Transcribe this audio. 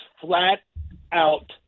flat-out